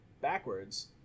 backwards